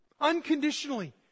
Unconditionally